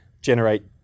generate